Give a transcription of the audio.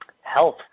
health